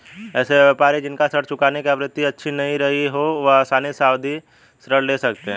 ऐसे व्यापारी जिन का ऋण चुकाने की आवृत्ति अच्छी रही हो वह आसानी से सावधि ऋण ले सकते हैं